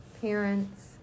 parents